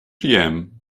jem